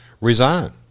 resign